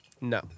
no